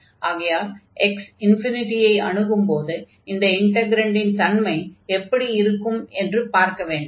ஆகையால் x ∞ ஐ அணுகும்போது அந்த இன்டக்ரன்டின் தன்மை எப்படி இருக்கும் என்று பார்க்க வேண்டும்